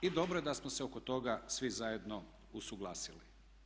I dobro je da smo se oko toga svi zajedno usuglasili.